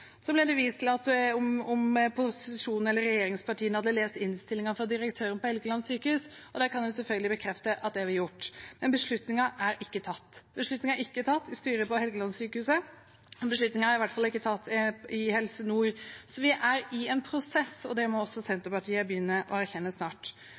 Så ble det tatt opp om regjeringspartiene hadde lest innstillingen fra direktøren ved Helgelandssykehuset. Det kan jeg selvfølgelig bekrefte at vi har gjort. Men beslutningen er ikke tatt. Den er ikke tatt i styret ved Helgelandssykehuset, og den er i hvert fall ikke tatt i Helse Nord. Så vi er i en prosess, og det må også